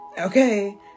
Okay